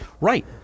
right